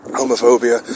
homophobia